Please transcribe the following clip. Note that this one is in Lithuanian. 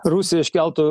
rusija iškeltų